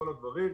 כל הדברים.